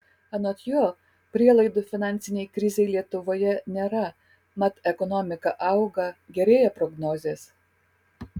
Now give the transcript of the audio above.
anot jo prielaidų finansinei krizei lietuvoje nėra mat ekonomika auga gerėja prognozės